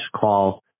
call